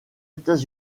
états